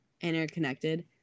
interconnected